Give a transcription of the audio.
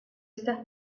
esta